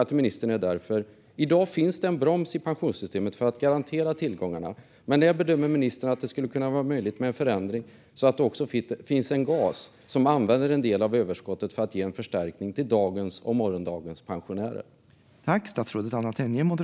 I dag finns det en broms i pensionssystemet för att garantera tillgångarna, men när bedömer ministern att det skulle kunna vara möjligt med en förändring så att det också finns en gas som använder en del av överskottet till dagens och morgondagens pensionärer?